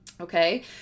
Okay